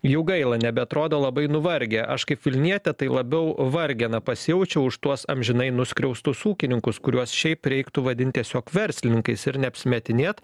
jų gaila nebeatrodo labai nuvargę aš kaip vilnietė tai labiau vargena pasijaučia už tuos amžinai nuskriaustus ūkininkus kuriuos šiaip reiktų vadinti tiesiog verslininkais ir neapsimetinėt